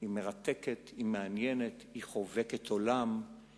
היא מרתקת, הפוליטיקה, היא